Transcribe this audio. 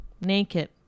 Naked